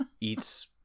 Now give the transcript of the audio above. eats